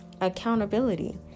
accountability